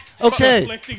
okay